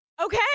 okay